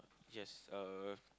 yes uh